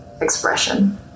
expression